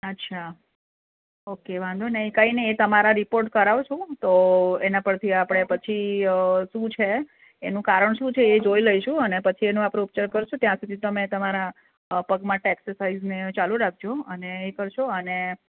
અચ્છા ઓકે વાંધો નહીં કંઈ નહીં એ તમારા રિપોર્ટ કરાવીશું તો એના પરથી આપણે પછી શું છે એનું કારણ શું છે એ જોઈ લઈશું અને પછી એનો આપણે ઉપચાર કરીશું ત્યાં સુધી તમે તમારા પગ માટે એક્સરસાઈઝ ને એ ચાલું રાખજો અને એ કરશો અને